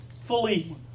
fully